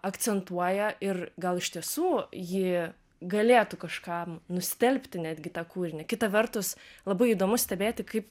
akcentuoja ir gal iš tiesų ji galėtų kažkam nustelbti netgi tą kūrinį kita vertus labai įdomu stebėti kaip